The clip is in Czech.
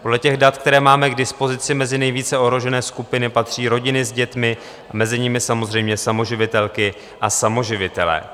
Podle dat, které máme k dispozici, mezi nejvíce ohrožené skupiny patří rodiny s dětmi, mezi nimi samozřejmě samoživitelky a samoživitelé.